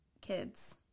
kids